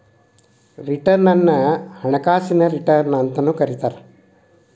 return ಅನ್ನ ಹಣಕಾಸಿನ return ಅಂತಾನೂ ಕರಿತಾರ